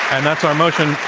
and that's our motion,